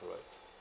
or like